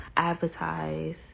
advertise